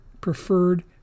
preferred